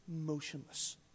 motionless